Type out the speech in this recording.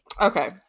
Okay